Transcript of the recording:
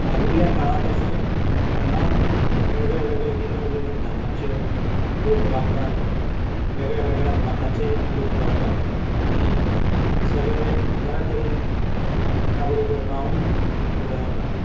आर्विल्ल्या काळा पसून हांगा वेगळ्यावेगळ्या विंगड विंगड धर्माचे लोक रावतात वेगळ्यावेगळ्या मताचेय लोक रावतात आनी सगळे बरे तरेन एका बरोबर रावून फुडें वतात